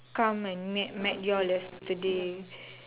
come and met met y'all yesterday